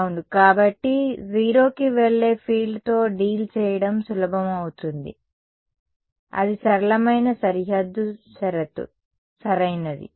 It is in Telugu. అవును కాబట్టి 0కి వెళ్లే ఫీల్డ్తో డీల్ చేయడం సులభం అవుతుంది అది సరళమైన సరిహద్దు పరిస్థితి సరైనది